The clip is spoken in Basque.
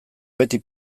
beti